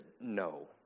No